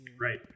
Right